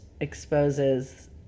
exposes